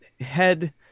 head